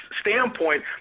standpoint